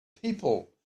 people